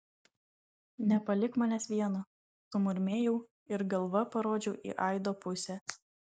nepalik manęs vieno sumurmėjau ir galva parodžiau į aido pusę